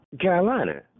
Carolina